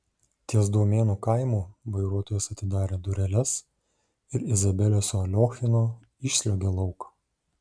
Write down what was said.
ties daumėnų kaimu vairuotojas atidarė dureles ir izabelė su aliochinu išsliuogė lauk